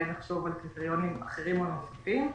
נחשוב על קריטריונים אחרים או נוספים.